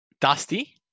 Dusty